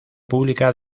pública